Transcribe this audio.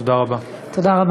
תודה רבה.